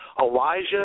Elijah